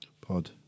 Pod